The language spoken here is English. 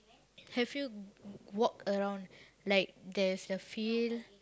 have you walked around like there's a field